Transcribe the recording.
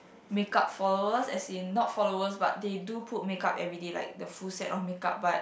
make-up followers as in not followers but they do put make-up everyday like the full set of make-up but